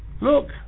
look